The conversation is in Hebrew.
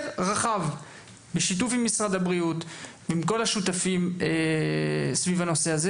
רחב בשיתוף עם משרד הבריאות וכל השותפים לנושא הזה,